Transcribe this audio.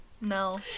No